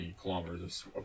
kilometers